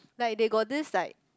like they got these like